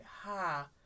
ha